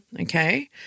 Okay